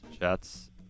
Jets